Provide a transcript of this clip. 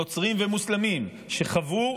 נוצרים ומוסלמים שחוו,